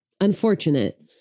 Unfortunate